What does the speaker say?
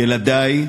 ילדי,